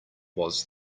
was